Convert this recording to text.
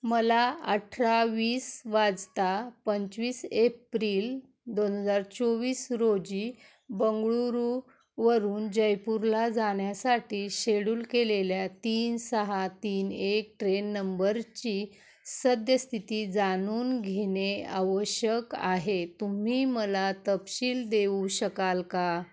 मला अठरा वीस वाजता पंचवीस एप्रिल दोन हजार चोवीस रोजी बंगळुरू वरून जयपूरला जाण्यासाठी शेड्यूल केलेल्या तीन सहा तीन एक ट्रेन नंबरची सद्यस्थिती जाणून घेणे आवश्यक आहे तुम्ही मला तपशील देऊ शकाल का